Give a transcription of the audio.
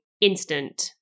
instant